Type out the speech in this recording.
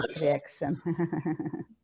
reaction